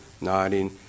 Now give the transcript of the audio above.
nodding